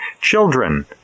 Children